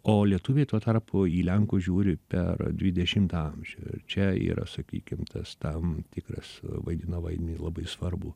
o lietuviai tuo tarpu į lenkus žiūri per dvidešimtą amžių čia yra sakykim tas tam tikras vaidina vaidmenį labai svarbų